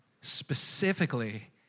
specifically